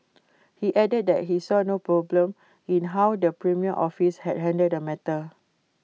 he added that he saw no problem in how the premier office had handled the matter